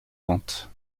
ventes